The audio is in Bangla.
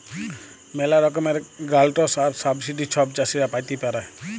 ম্যালা রকমের গ্র্যালটস আর সাবসিডি ছব চাষীরা পাতে পারে